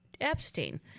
Epstein